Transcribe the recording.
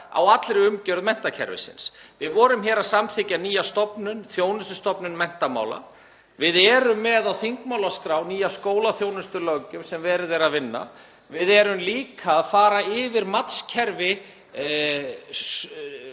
á allri umgjörð menntakerfisins. Við vorum hér að samþykkja nýja stofnun, þjónustustofnun menntamála. Við erum með á þingmálaskrá nýja skólaþjónustulöggjöf sem verið er að vinna. Við erum líka að fara yfir matskerfið